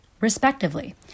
respectively